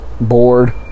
bored